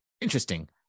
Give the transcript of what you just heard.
interesting